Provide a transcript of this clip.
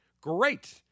Great